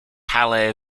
halle